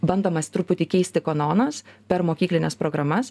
bandomas truputį keisti kanonas per mokyklines programas